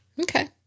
Okay